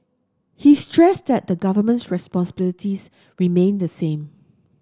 he stressed that the Government's responsibilities remain the same